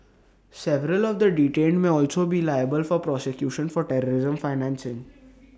several of the detained may also be liable for prosecution for terrorism financing